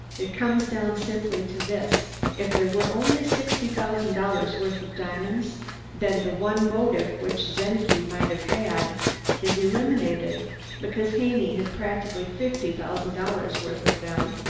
it comes down simply to this if there were only sixty thousand dollars' worth of diamonds then the one motive which czenki might have had is eliminated because haney had practically fifty thousand dollars' worth of them,